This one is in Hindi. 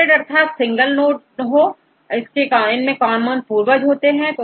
रूटेड अर्थात जिसमें सिंगल नोड हो इसमें कॉमन पूर्वज होते हैं